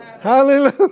Hallelujah